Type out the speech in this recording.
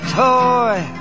toy